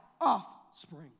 offspring